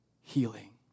healing